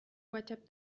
whatsapp